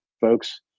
folks